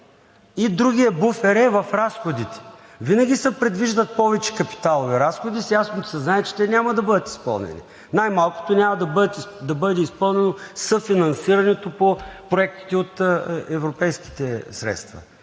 Другият буфер е в разходите. Винаги се предвиждат повече капиталови разходи с ясното съзнание, че те няма да бъдат изпълнени – най-малкото няма да бъде изпълнено съфинансирането по проектите от европейските средства